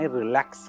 relax